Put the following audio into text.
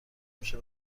میشه